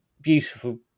beautiful